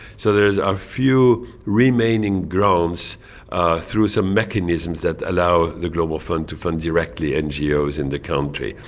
so there's a few remaining grants through some mechanisms that allow the global fund to fund directly ngos in the country,